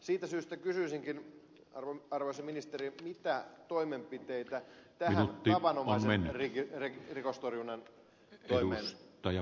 siitä syystä kysyisinkin arvoisa ministeri mitä toimenpiteitä tähän tavanomaisen rikostorjunnan toimeen